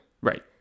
Right